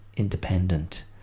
Independent